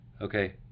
Okay